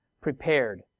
prepared